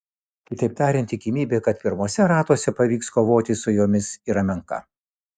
kitaip tariant tikimybė kad pirmuose ratuose pavyks kovoti su jomis yra menka